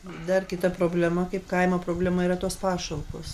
dar kita problema kaip kaimo problema yra tos pašalpos